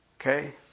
Okay